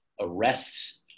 arrests